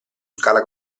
scala